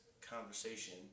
conversation